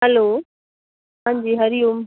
hello हांजी हरिओम